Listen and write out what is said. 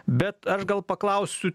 bet aš gal paklausiu